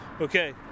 Okay